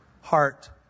heart